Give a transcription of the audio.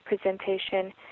presentation